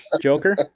Joker